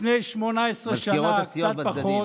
לפני 18 שנה, קצת פחות,